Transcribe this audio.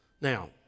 now